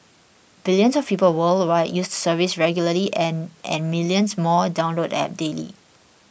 billions of people worldwide use the service regularly and and millions